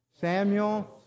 Samuel